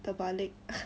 terbalik